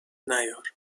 نیار